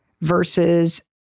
versus